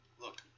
Look